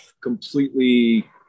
completely